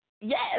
Yes